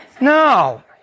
No